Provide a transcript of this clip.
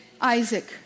Isaac